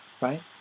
right